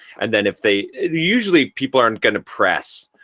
and then if they, usually people aren't gonna press,